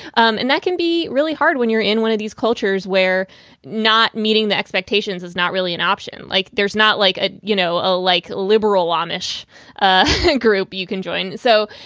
um and that can be really hard when you're in one of these cultures where not meeting the expectations is not really an option. like there's not like a, you know, ah like liberal amish ah group you can join. so,